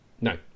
No